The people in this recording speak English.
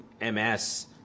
MS